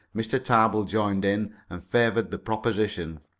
mr. tarbill joined in and favored the proposition.